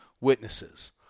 witnesses